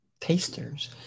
tasters